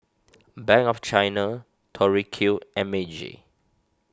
Bank of China Tori Q and Meiji